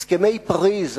הסכמי פריס,